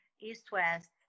East-West